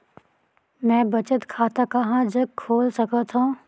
मैं बचत खाता कहां जग खोल सकत हों?